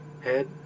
head